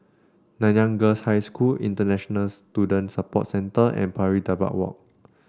Nanyang Girls' High School International Students Support Centre and Pari Dedap Walk